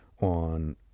on